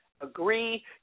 agree